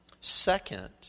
Second